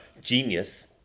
genius